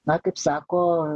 na kaip sako